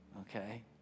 okay